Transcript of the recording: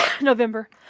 November